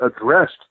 addressed